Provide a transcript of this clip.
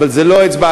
אבל זה לא אצבע-הגליל,